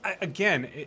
again